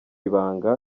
ibanga